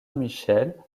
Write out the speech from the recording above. michel